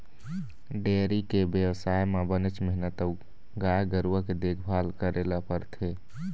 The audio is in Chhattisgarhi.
डेयरी के बेवसाय म बनेच मेहनत अउ गाय गरूवा के देखभाल करे ल परथे